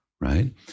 Right